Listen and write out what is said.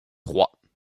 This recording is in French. trois